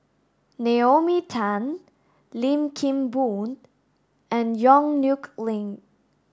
Naomi Tan Lim Kim Boon and Yong Nyuk Lin